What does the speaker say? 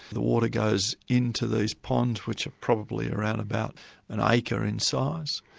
the water goes into these ponds which are probably around about an acre in size,